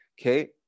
okay